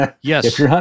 Yes